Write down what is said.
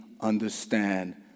understand